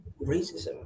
Racism